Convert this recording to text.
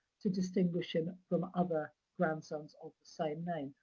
to distinguish him from other grandsons of the same name.